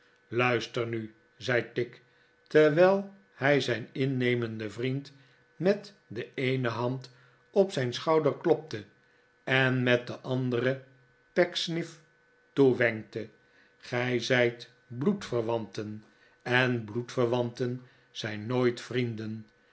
luister nu zei tigg terwijl hij zijn innemenden vriend met de eene hand op zijn schouder klopte en met de andere pecksniff toewenkte gij zijt bloedverwanten en bloedverwanten zijn nooit vrienden